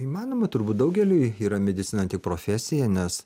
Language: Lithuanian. įmanoma turbūt daugeliui yra medicina tik profesija nes